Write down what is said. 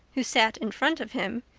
who sat in front of him,